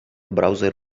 browser